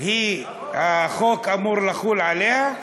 החוק אמור לחול עליה?